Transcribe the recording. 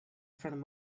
from